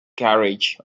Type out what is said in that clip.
carriage